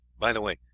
by the way,